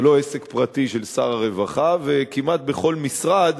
זה לא עסק פרטי של שר הרווחה, וכמעט בכל משרד